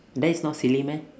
that is not silly meh